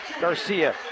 Garcia